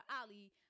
Ali